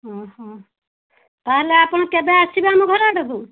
ଅଁ ହଁ ତାହେଲେ ଆପଣ କେବେ ଆସିବେ ଆମ ଘରଆଡ଼କୁ